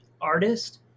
artist